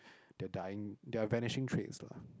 they are dying they are vanishing trades lah